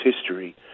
history